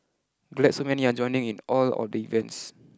glad so many are joining in all of the events